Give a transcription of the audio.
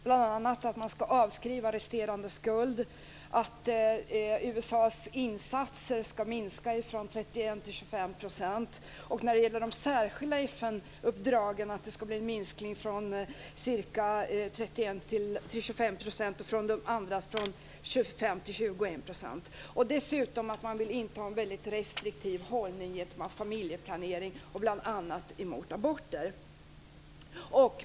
Bl.a. gäller det att man ska avskriva resterande skuld och att USA:s insatser ska minska från ca 31 % till 25 %. När det gäller de särskilda FN-uppdragen ska det bli en minskning från ca 31 % till 25 % och när det gäller det andra från 25 % till 21 %. Dessutom vill man inta en väldigt restriktiv hållning när det gäller familjeplanering, bl.a. aborter.